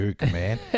man